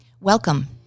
Welcome